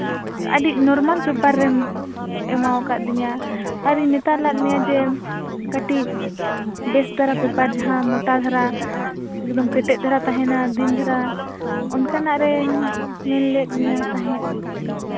ᱟᱹᱰᱤ normal paper ᱨᱮᱢ ᱮᱢᱟᱣ ᱟᱠᱟᱣᱫᱤᱧᱟᱹ ᱟᱨᱤᱧ ᱢᱮᱛᱟᱣ ᱞᱮᱫ ᱢᱮᱭᱟ ᱡᱮ ᱠᱟᱹᱴᱤᱡ ᱵᱮᱥ ᱫᱷᱟᱨᱟ ᱯᱮᱯᱟᱨ ᱡᱟᱦᱟᱸ ᱢᱳᱴᱟ ᱫᱷᱟᱨᱟ ᱮᱠᱫᱚᱢ ᱠᱮᱴᱮᱡ ᱫᱷᱟᱨᱟ ᱛᱟᱦᱮᱱᱟ ᱫᱤᱱ ᱫᱷᱟᱨᱟ ᱚᱱᱠᱟᱱᱟᱜ ᱨᱮᱧ ᱢᱮᱱ ᱞᱮᱫ ᱢᱮᱭᱟ ᱛᱟᱦᱮᱸᱫ